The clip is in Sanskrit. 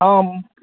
आम्